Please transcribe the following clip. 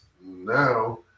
now